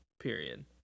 period